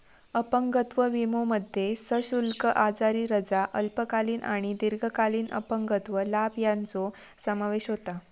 अपंगत्व विमोमध्ये सशुल्क आजारी रजा, अल्पकालीन आणि दीर्घकालीन अपंगत्व लाभ यांचो समावेश होता